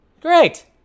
great